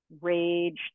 rage